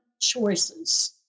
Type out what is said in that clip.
choices